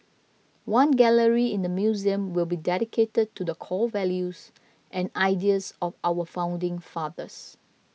one gallery in the Museum will be dedicated to the core values and ideals of our founding fathers